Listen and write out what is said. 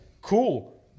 cool